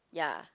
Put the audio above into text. ya